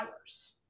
hours